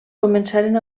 començaren